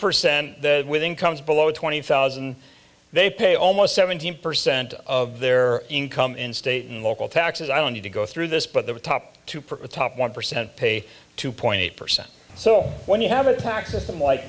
percent with incomes below twenty thousand they pay almost seventeen percent of their income in state and local taxes i don't need to go through this but the top to perth top one percent pay two point eight percent so when you have a tax system like